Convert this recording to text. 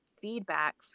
feedback